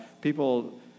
People